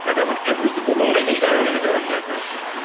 like get one every single morning. in order to go and get groceries.